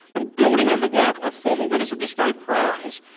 well, building on the work of former winners of this very prize,